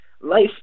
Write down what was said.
life